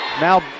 Now